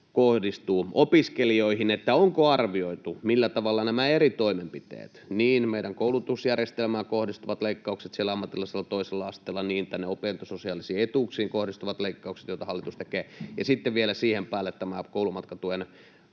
kohdistuu opiskelijoihin, niin onko arvioitu, millä tavalla nämä eri toimenpiteet vaikuttavat — niin meidän koulutusjärjestelmään kohdistuvat leikkaukset siellä ammatillisella, toisella asteella, tänne opintososiaalisiin etuuksiin kohdistuvat leikkaukset, joita hallitus tekee, kuin sitten vielä siihen päälle tämä koulumatkatuen